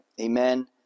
Amen